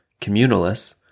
communalists